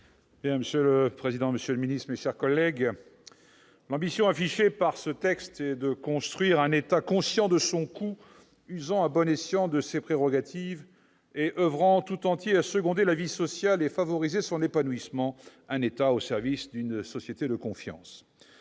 Monsieur le président, monsieur le secrétaire d'État, mes chers collègues, l'ambition affichée par ce projet de loi est « de construire un État conscient de son coût, usant à bon escient de ses prérogatives, et oeuvrant tout entier à seconder la vie sociale et favoriser son épanouissement, un État au service d'une société de confiance.